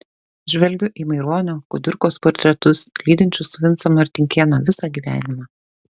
žvelgiu į maironio kudirkos portretus lydinčius vincą martinkėną visą gyvenimą